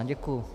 Děkuju.